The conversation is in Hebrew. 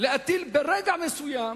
להטיל ברגע מסוים